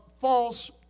false